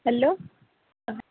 hello